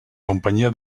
companyia